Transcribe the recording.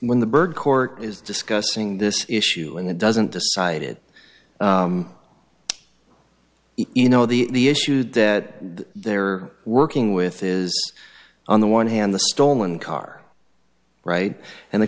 when the bird court is discussing this issue and it doesn't decided you know the the issue that they're working with is on the one hand the stolen car right and the